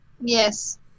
Yes